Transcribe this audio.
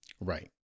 Right